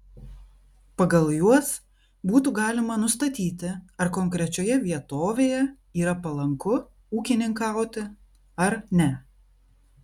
pagal juos būtų galima nustatyti ar konkrečioje vietovėje yra palanku ūkininkauti ar ne